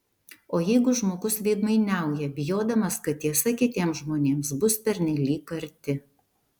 o jeigu žmogus veidmainiauja bijodamas kad tiesa kitiems žmonėms bus pernelyg karti